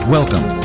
Welcome